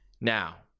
Now